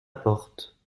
porte